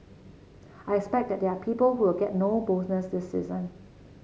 I expect that there are people who will get no bonus this season